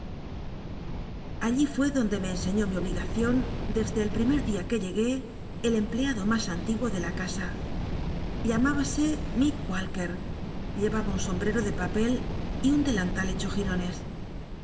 allí fué doncle me cn iíó mi obligacion le de el primer dia fue llegué el empleado mas antiguo de la easa llmn ibasc lil'k walkcr llc'aba un sombrero de papel y un delantal hecho gironcs